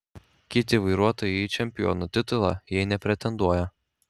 kiti vairuotojai į čempionų titulą jei nepretenduoja